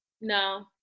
No